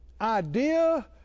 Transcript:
idea